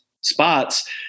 spots